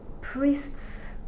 priests